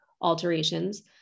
alterations